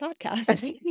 podcast